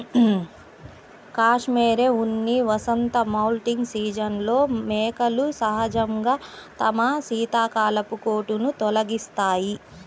cashmere ఉన్ని వసంత moulting సీజన్లో మేకలు సహజంగా తమ శీతాకాలపు కోటును తొలగిస్తాయి